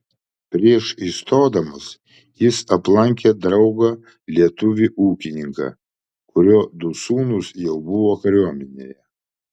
prieš įstodamas jis aplankė draugą lietuvį ūkininką kurio du sūnūs jau buvo kariuomenėje